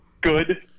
good